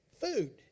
Food